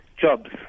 jobs